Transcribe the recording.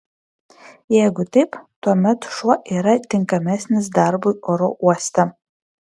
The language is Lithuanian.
jeigu taip tuomet šuo yra tinkamesnis darbui oro uoste